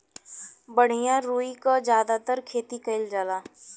बढ़िया रुई क जादातर खेती कईल जाला